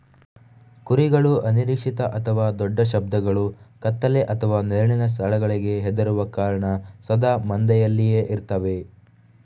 ಕುರಿಗಳು ಅನಿರೀಕ್ಷಿತ ಅಥವಾ ದೊಡ್ಡ ಶಬ್ದಗಳು, ಕತ್ತಲೆ ಅಥವಾ ನೆರಳಿನ ಸ್ಥಳಗಳಿಗೆ ಹೆದರುವ ಕಾರಣ ಸದಾ ಮಂದೆಯಲ್ಲಿಯೇ ಇರ್ತವೆ